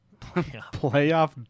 Playoff